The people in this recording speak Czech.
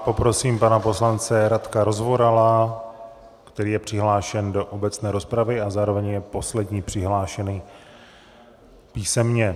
Poprosím pana poslance Radka Rozvorala, který je přihlášen do obecné rozpravy a zároveň je poslední přihlášený písemně.